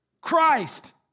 Christ